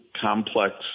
complex